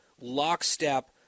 lockstep